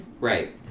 Right